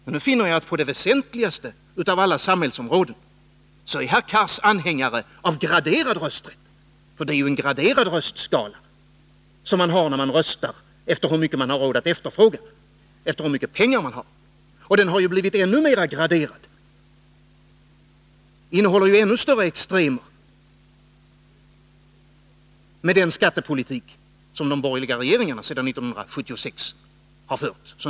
Men nu finner jag att på det väsentligaste av alla samhällsområden är herr Cars anhängare av graderad rösträtt. Det är ju en graderad röstskala om människor röstar efter hur mycket de har råd att efterfråga, efter hur mycket pengar de har. Och den har blivit ännu mer graderad och innehåller ännu större extremer som en följd av den skattepolitik som de borgerliga regeringarna sedan 1976 har fört.